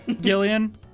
Gillian